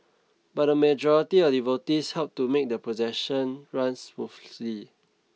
but the majority of devotees helped to make the procession runs smoothly